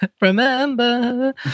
Remember